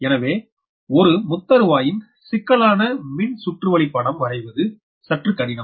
எனவே ஒரு முத்தருவாயின் சிக்கலான மின் சுற்றுவலி படம் வரைவது சற்று கடினம்